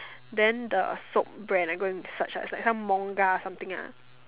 then the soap brand I go and search right it's like some Monga or something ah